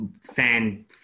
fan